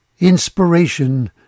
inspiration